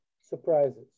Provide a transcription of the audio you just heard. surprises